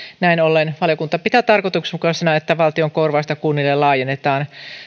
näin ollen valiokunta pitää tarkoituksenmukaisena että valtion korvausta kunnille laajennetaan